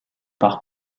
par